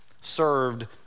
served